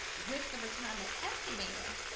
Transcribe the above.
with the retirement estimator,